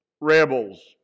rebels